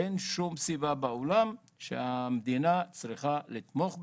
אין שום סיבה בעולם שהמדינה צריכה לתמוך בהם,